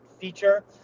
feature